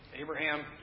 Abraham